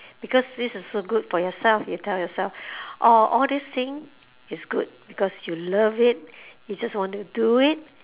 because this is so good for yourself you tell yourself orh all this thing is good because you love it you just want to do it